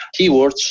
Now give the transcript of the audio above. keywords